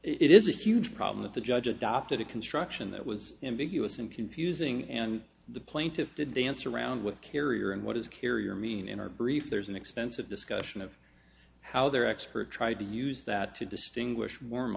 it is a huge problem that the judge adopted a construction that was ambiguous and confusing and the plaintiff did dance around with carrier and what is carrier mean in our brief there's an extensive discussion of how their expert tried to use that to distinguish war